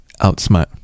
outsmart